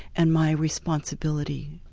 and my responsibility.